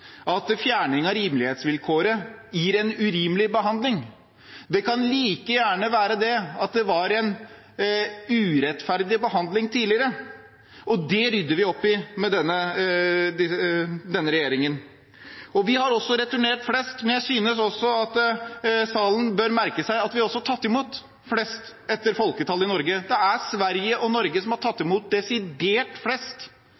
at fjerning av rimelighetsvilkåret gir en urimelig behandling. Det kan like gjerne være at det var en urettferdig behandling tidligere, og det rydder vi opp i med denne regjeringen. Vi har returnert flest, men jeg synes salen bør merke seg at vi også har tatt imot flest, ut fra folketallet i Norge. Det er Sverige og Norge som har tatt imot desidert flest,